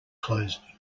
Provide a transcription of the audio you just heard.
closed